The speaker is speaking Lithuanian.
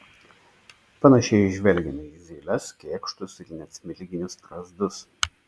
panašiai žvelgiame į zyles kėkštus ir net smilginius strazdus